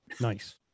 nice